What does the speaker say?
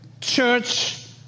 church